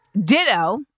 Ditto